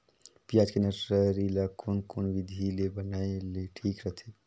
पियाज के नर्सरी ला कोन कोन विधि ले बनाय ले ठीक रथे?